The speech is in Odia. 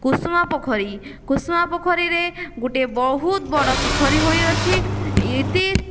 କୁସୁମା ପୋଖରୀ କୁସୁମା ପୋଖରୀରେ ଗୋଟିଏ ବହୁତ ବଡ଼ ପୋଖରୀ ହୋଇଅଛି ଇତି